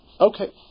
Okay